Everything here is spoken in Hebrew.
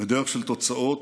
ודרך של תוצאות,